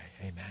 amen